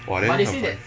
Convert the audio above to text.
!wah! then after that